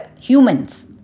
humans